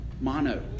Mono